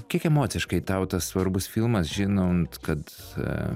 kiek emociškai tau tas svarbus filmas žinant kad